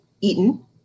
Eaton